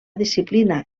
disciplina